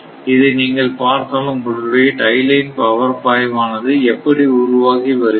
இதை நீங்கள் பார்த்தால் உங்களுடைய டை லைன் பவர் பாய்வு ஆனது எப்படி உருவாகி வருகிறது